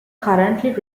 currently